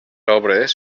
obres